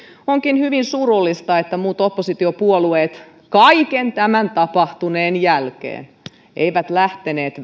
onkin hyvin surullista että muut oppositiopuolueet kaiken tämän tapahtuneen jälkeen eivät lähteneet